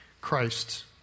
Christ